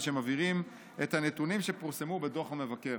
והם מבהירים את הנתונים שפורסמו בדוח המבקר.